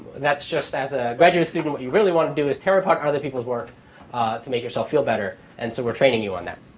that's just as a graduate student what you really want to do is tear apart other people's work to make yourself feel better. and so we're training you on that.